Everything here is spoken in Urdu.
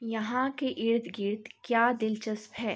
یہاں کے ارد گرد کیا دلچسپ ہے